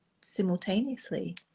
simultaneously